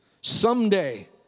someday